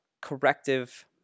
corrective